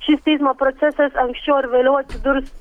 šis teismo procesas anksčiau ar vėliau atsidurs